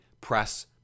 press